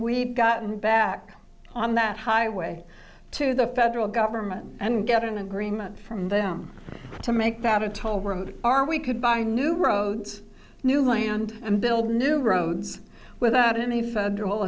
we've gotten back on that highway to the federal government and get an agreement from them to make that a toll road are we could buy new roads new land and build new roads without any federal